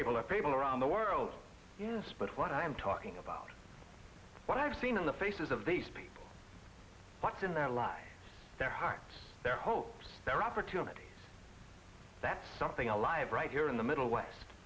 people around the world but what i'm talking about what i've seen on the faces of these people what's in their lives their hearts their hopes their opportunities that's something i live right here in the middle west